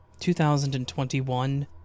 2021